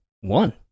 one